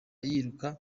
yiruka